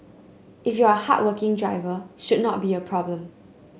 if you're hardworking driver should not be a problem